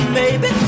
baby